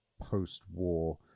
post-war